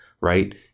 right